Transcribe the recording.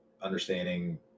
understanding